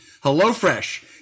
HelloFresh